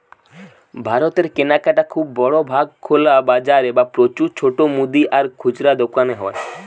ভারতের কেনাকাটা খুব বড় ভাগ খোলা বাজারে বা প্রচুর ছোট মুদি আর খুচরা দোকানে হয়